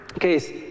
case